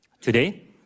Today